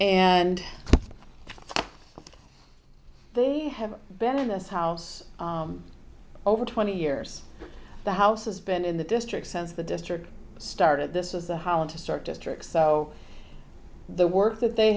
and they have been in this house over twenty years the house has been in the district's sense the district started this is the holland to start district so the work that they